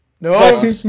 No